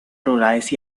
rurales